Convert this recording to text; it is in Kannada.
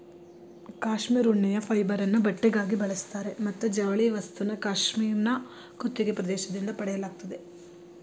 ಕ್ಯಾಶ್ಮೀರ್ ಉಣ್ಣೆಯ ಫೈಬರನ್ನು ಬಟ್ಟೆಗಾಗಿ ಬಳಸ್ತಾರೆ ಮತ್ತು ಜವಳಿ ವಸ್ತುನ ಕ್ಯಾಶ್ಮೀರ್ನ ಕುತ್ತಿಗೆ ಪ್ರದೇಶದಿಂದ ಪಡೆಯಲಾಗ್ತದೆ